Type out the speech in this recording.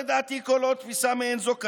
לדעתי כל עוד תפיסה מעין זו קיימת,